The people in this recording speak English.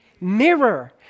Mirror